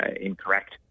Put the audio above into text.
incorrect